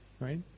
right